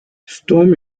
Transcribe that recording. storm